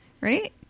right